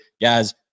guys